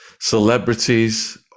celebrities